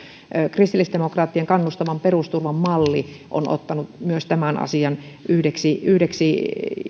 kristillisdemokraattien kannustavan perusturvan malli on ottanut myös tämän asian yhdeksi yhdeksi